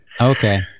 Okay